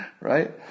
Right